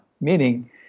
Meaning